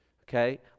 okay